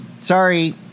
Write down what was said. sorry